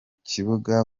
kibuga